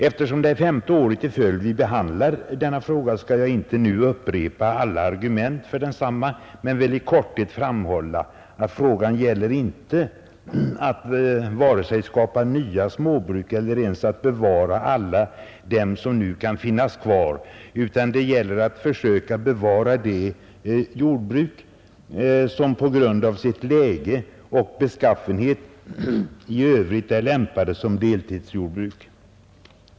Eftersom det är femte året i följd vi behandlar denna fråga skall jag nu inte upprepa alla argument för densamma men vill i korthet framhålla att frågan gäller inte att vare sig skapa nya småbruk eller ens att bevara alla dem som nu kan finnas kvar, utan vad det gäller är att försöka bevara de jordbruk som på grund av sitt läge och sin beskaffenhet i övrigt är lämpade som deltidsjordbruk.